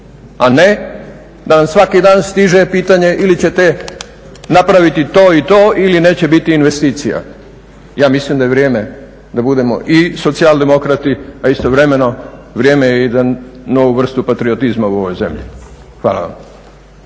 A ne da nam svaki dan stiže pitanje ili ćete napraviti to i to ili neće biti investicija. Ja mislim da je vrijeme da budemo i socijaldemokrati, a istovremeno vrijeme je za novu vrstu patriotizma u ovoj zemlji. Hvala vam.